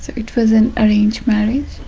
so it was an arranged marriage.